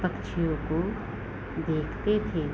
पक्षियों को देखते थे